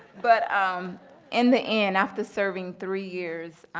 but um in the end after serving three years,